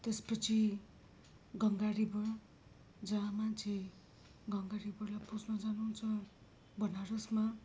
त्यसपछि गङ्गा रिभर जहाँ मान्छे गङ्गा रिभरलाई पुज्न जानु हुन्छ बनारसमा